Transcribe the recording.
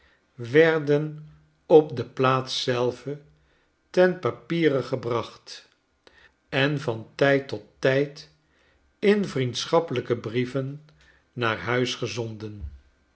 werden op de plaats zelve ten papiere gebracht en van tijd tot tijdin vriendschappelijke brieven naar huis gezonden